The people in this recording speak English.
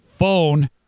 phone